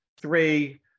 three